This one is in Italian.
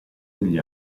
degli